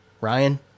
Ryan